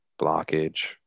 blockage